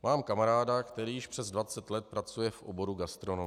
Mám kamaráda, který již přes 20 let pracuje v oboru gastronomie.